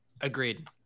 Agreed